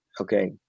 okay